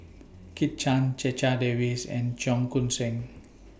Kit Chan Checha Davies and Cheong Koon Seng